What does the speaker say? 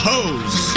Hose